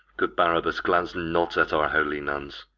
good barabas, glance not at our holy nuns.